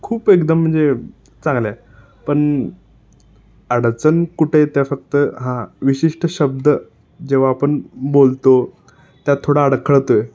खूप एकदम म्हणजे चांगलं आहे पण अडचण कुठे येत्या फक्त हा विशिष्ट शब्द जेव्हा आपण बोलतो त्यात थोडा अडखळतो आहे